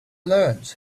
learns